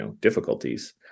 difficulties